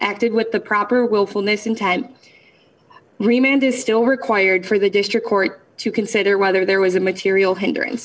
acted with the proper willfulness in time remained is still required for the district court to consider whether there was a material hinder